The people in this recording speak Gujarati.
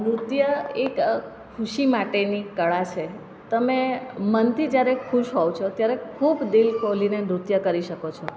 નૃત્ય એક ખુશી માટેની કળા છે તમે મનથી જયારે ખુશ હો છો ત્યારે ખૂબ દિલ ખોલીને નૃત્ય કરી શકો છો